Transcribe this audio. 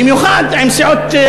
במיוחד עם סיעות אופוזיציה.